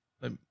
let